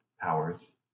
powers